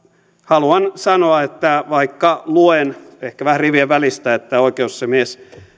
haluan sanoa että vaikka luen ehkä vähän rivien välistä oikeusasiamies